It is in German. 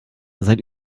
seit